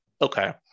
Okay